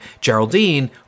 Geraldine